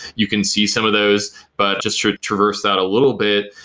you can see some of those but just to traverse that a little bit,